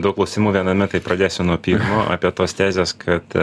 daug klausimų viename tai pradėsiu nuo pirmo apie tos tezės kad